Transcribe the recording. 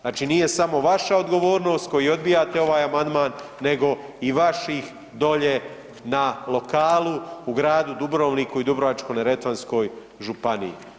Znači, nije samo vaša odgovornost koji odbijate ovaj amandman, nego i vaših dolje na lokalu u gradu Dubrovniku i Dubrovačko-neretvanskoj županiji.